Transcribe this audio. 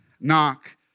knock